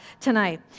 tonight